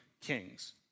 kings